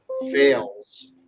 fails